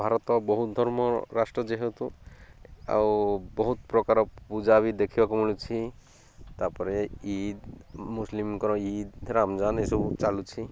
ଭାରତ ବହୁତ ଧର୍ମ ରାଷ୍ଟ୍ର ଯେହେତୁ ଆଉ ବହୁତ ପ୍ରକାର ପୂଜା ବି ଦେଖିବାକୁ ମିଳୁଛି ତା'ପରେ ଇଦ୍ ମୁସଲିମଙ୍କର ଇଦ୍ ରାମଯାନ ଏସବୁ ଚାଲୁଛି